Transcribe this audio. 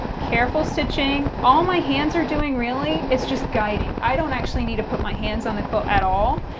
careful stitching. all my hands are doing really is just guiding. i don't actually need to put my hands on the quilt at all.